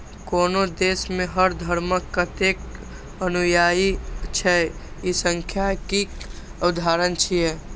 कोनो देश मे हर धर्मक कतेक अनुयायी छै, ई सांख्यिकीक उदाहरण छियै